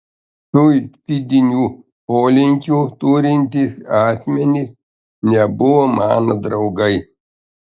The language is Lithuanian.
suicidinių polinkių turintys asmenys nebuvo mano draugai